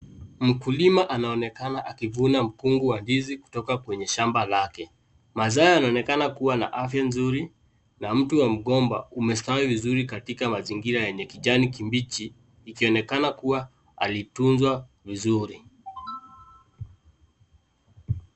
Mkulima anaonekana akivuna mkungu wa ndizi kutoka kwenye shamba lake, mazao yanaonekana kuwa na afya nzuri na mti wa mgomba umestawi vizuri katika mazingira yenye kijani kimbichi ikionekana kuwa alitunzwa vizuri.